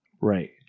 Right